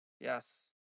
Yes